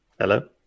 Hello